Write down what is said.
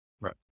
Right